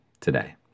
today